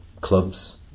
clubs